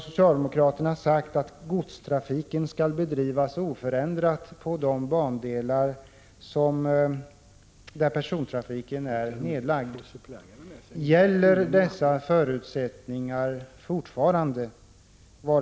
Socialdemokraterna har ju sagt att godstrafiken skall bedrivas i oförändrad omfattning på de bandelar där persontrafiken är nedlagd. Gäller samma förutsättningar fortfarande?